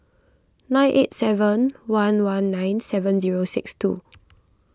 nine eight seven one one nine seven zero six two